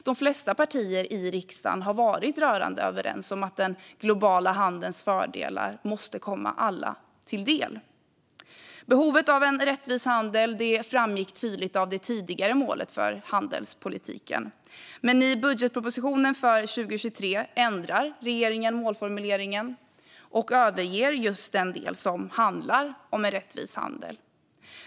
De flesta partier i riksdagen har varit rörande överens om att den globala handelns fördelar måste komma alla till del. Behovet av rättvis handel framgick tydligt av det tidigare målet för handelspolitiken. Men i budgetpropositionen för 2023 ändrar regeringen målformuleringen och överger just den del som handlar om en rättvis handel.